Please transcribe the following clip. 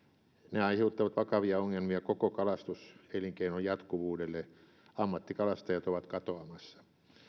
ne aiheuttavat vakavia ongelmia koko kalastuselinkeinon jatkuvuudelle ammattikalastajat ovat katoamassa